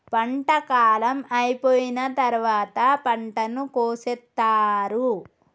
పంట కాలం అయిపోయిన తరువాత పంటను కోసేత్తారు